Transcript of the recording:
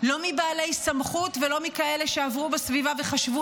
לא מבעלי סמכות ולא מכאלה שעברו בסביבה וחשבו